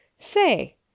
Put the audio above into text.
Say